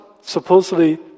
supposedly